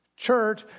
Church